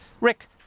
Rick